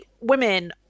women